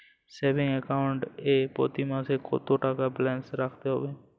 Savings account এ প্রতি মাসে কতো টাকা ব্যালান্স রাখতে হবে?